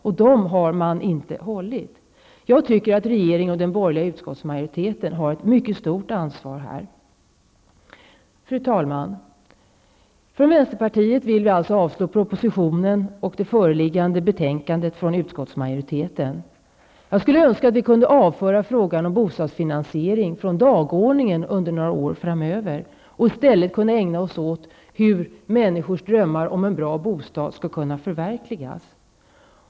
Dessa har man inte hållit sig till. Jag tycker att regeringen och den borgerliga utskottsmajoriteten har ett mycket stort ansvar här. Fru talman! Vi i vänsterpartiet vill att propositionen skall avslås. Vi yrkar således avslag på utskottsmajoritetens hemställan i föreliggande betänkande. Jag skulle önska att vi under några år framöver kunde slippa frågan om bostadsfinanseringen på dagordningen. På det sättet skulle vi i stället kunna ägna oss åt frågan om hur människors drömmar om en bra bostad kan förverkligas.